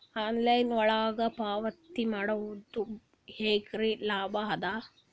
Online ಒಳಗ ಪಾವತಿ ಮಾಡುದು ಹ್ಯಾಂಗ ಲಾಭ ಆದ?